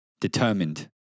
Determined